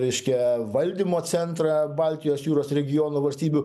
reiškia valdymo centrą baltijos jūros regiono valstybių